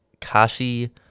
Kashi